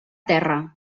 terra